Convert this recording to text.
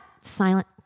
silent